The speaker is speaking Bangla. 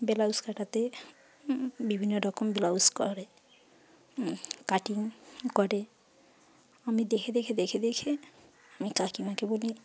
ব্লাউজ কাটাতে বিভিন্ন রকম ব্লাউজ করে কাটিং করে আমি দেখে দেখে দেখে দেখে আমি কাকিমাকে বলি